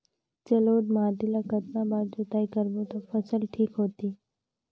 जलोढ़ माटी ला कतना बार जुताई करबो ता फसल ठीक होती?